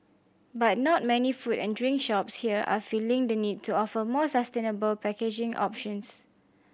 but not many food and drink shops here are feeling the need to offer more sustainable packaging options